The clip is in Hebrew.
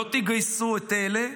לא תגייסו את אלה,